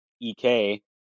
EK